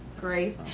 grace